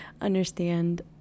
understand